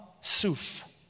Suf